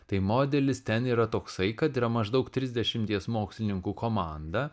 tai modelis ten yra toksai kad yra maždaug trisdešimties mokslininkų komanda